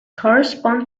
correspond